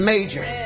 Major